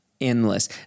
endless